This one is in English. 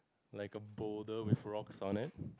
like a boulder with rocks on it